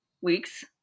Weeks